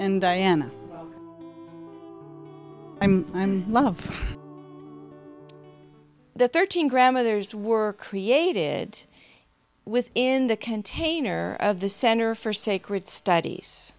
and i am i'm i'm love the thirteen grandmothers were created within the container of the center for sacred studies